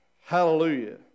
hallelujah